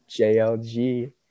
JLG